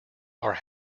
are